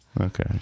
Okay